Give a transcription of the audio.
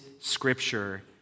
scripture